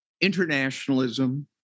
internationalism